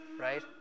right